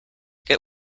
get